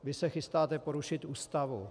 Vy se chystáte porušit Ústavu.